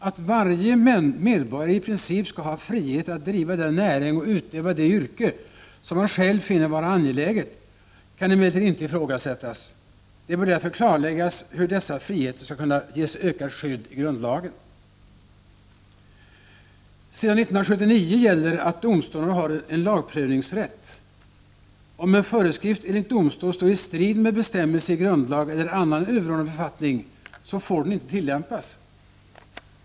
Att varje medborgare i princip skall ha frihet att driva den näring och utöva det yrke han själv finner vara angeläget, kan emellertid inte ifrågasättas. Det bör därför klarläggas hur dessa friheter skall kunna ges ökat skydd i grundlagen. Sedan 1979 gäller att domstolarna har en lagprövningsrätt. Om en föreskrift enligt domstol står i strid med bestämmelse i grundlag eller annan överordnad författning, så får den inte tillämpas.